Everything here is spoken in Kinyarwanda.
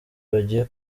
bagiye